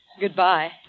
Goodbye